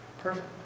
Perfect